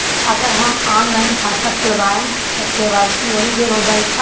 अगर हम ऑनलाइन खाता खोलबायेम त के.वाइ.सी ओहि बेर हो जाई